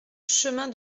chemin